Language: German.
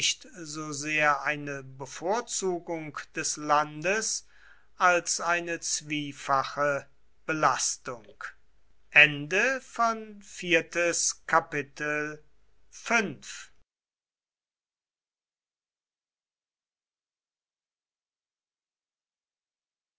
so sehr eine bevorzugung des landes als eine zwiefache belastung